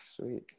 Sweet